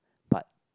but